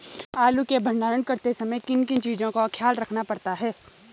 आलू के भंडारण करते समय किन किन चीज़ों का ख्याल रखना पड़ता है?